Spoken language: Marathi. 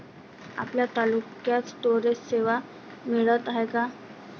आपल्या तालुक्यात स्टोरेज सेवा मिळत हाये का?